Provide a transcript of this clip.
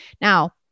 Now